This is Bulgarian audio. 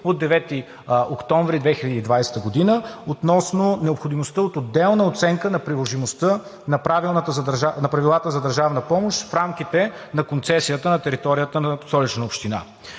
от 9 октомври 2020 г., относно необходимостта от отделна оценка на приложимостта на Правилата за държавна помощ в рамките на концесията на територията на Столична община.